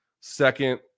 second